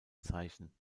zeichen